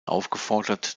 aufgefordert